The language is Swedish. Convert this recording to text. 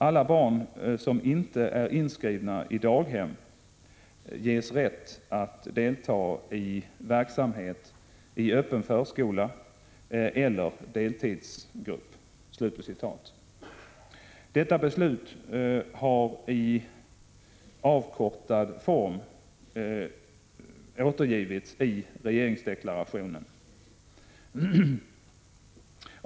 Alla barn som inte är inskrivna i daghem ges rätt att delta i verksamhet i öppen förskola eller deltidsgrupp.” Detta beslut har i avkortad form återgivits i regeringsdeklarationen.